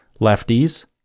lefties